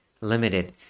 limited